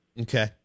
Okay